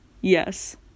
Yes